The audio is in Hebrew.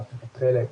לקחת חלק,